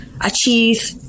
achieve